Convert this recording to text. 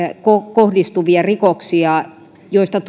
kohdistuvia rikoksia joista